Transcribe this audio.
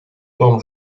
том